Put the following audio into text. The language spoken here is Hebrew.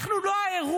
אנחנו לא האירוע.